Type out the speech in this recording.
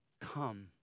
Come